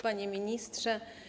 Panie Ministrze!